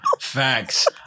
Facts